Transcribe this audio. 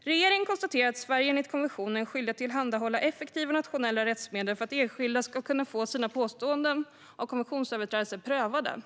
Regeringen konstaterar att Sverige enligt konventionen är skyldigt att tillhandahålla effektiva nationella rättsmedel för att enskilda ska kunna få sina påståenden om konventionsöverträdelser prövade.